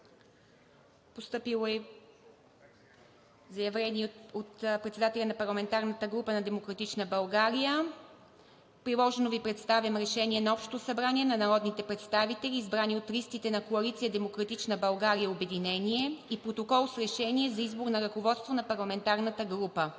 Постъпило е заявление от председателя на парламентарната група на „Демократична България“: „Приложено Ви представям решение на Общо събрание на народните представители, избрани от листите на коалиция „Демократична България – обединение“ и Протокол с решение за избор на ръководство на парламентарната група.